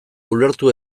ulertu